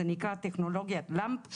זה נקרא טכנולוגיית לאמפ.